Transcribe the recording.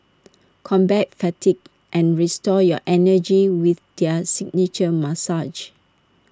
combat fatigue and restore your energy with their signature massages